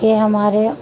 کہ ہمارے